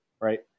right